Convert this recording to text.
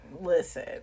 Listen